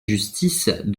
justice